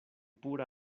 pura